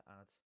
add